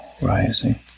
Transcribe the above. Rising